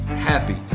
happy